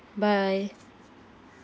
bye